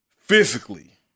physically